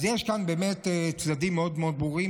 יש כאן באמת צדדים מאוד מאוד ברורים.